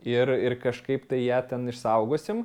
ir ir kažkaip tai ją ten išsaugosim